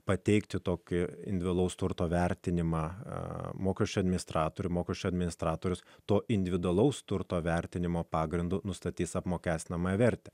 pateikti tokį individualaus turto vertinimą mokesčių administratoriui mokesčio administratorius to individualaus turto vertinimo pagrindu nustatys apmokestinamą vertę